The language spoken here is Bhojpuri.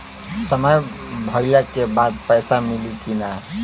समय भइला के बाद पैसा मिली कि ना?